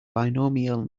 binomial